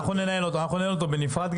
אנחנו ננהל אותו בנפרד.